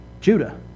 Judah